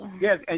yes